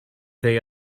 they